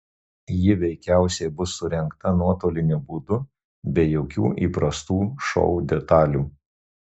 ji veikiausiai bus surengta nuotoliniu būdu be jokių įprastų šou detalių